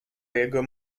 jego